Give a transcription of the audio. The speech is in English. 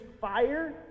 fire